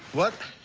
what?